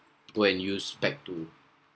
go and use back to